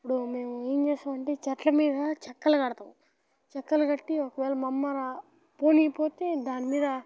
ఇప్పుడు మేము ఏం చేస్తాం అంటే చెట్ల మీద చెక్కలు కడతాం చెక్కలు కట్టి ఒకవేళ మా అమ్మ పోనికపోతే దాని మీద